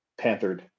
panthered